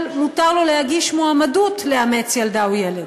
מותר לו להגיש מועמדות לאמץ ילדה או ילד.